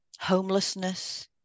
homelessness